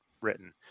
written